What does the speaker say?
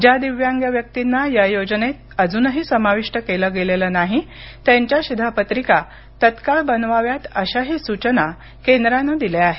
ज्या दिव्यांग व्यक्तींना या योजनेत अजूनही समाविष्ट केलं गेलेलं नाही त्यांच्या शिधापत्रिका तत्काळ बनवाव्यात अशाही सूचना केंद्रानं दिल्या आहेत